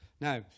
Now